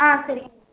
ஆ சரிங்க